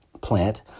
plant